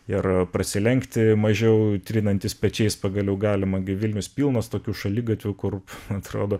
ir prasilenkti mažiau trinantis pečiais pagaliau galima gi vilnius pilnas tokių šaligatvių kur atrodo